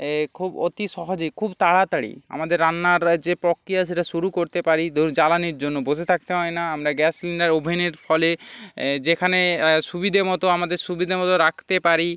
এ খুব অতি সহজে খুব তাড়াতাড়ি আমাদের রান্নার যে প্রক্রিয়া সেটা শুরু করতে পারি ধুর জ্বালানির জন্য বসে থাকতে হয় না আমরা গ্যাস সিলিন্ডার ওভেনের ফলে যেখানে সুবিধে মতো আমাদের সুবিধে মতো রাখতে পারি